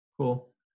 cool